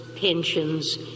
pensions